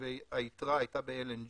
והיתרה הייתה ב-LNG.